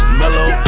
mellow